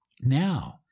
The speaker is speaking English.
Now